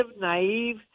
naive